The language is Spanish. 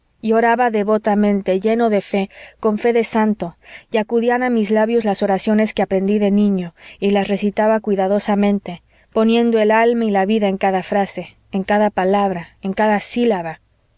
y oraba devotamente lleno de fe con fe de santo y acudían a mis labios las oraciones que aprendí de niño y las recitaba cuidadosamente poniendo el alma y la vida en cada frase en cada palabra en cada sílaba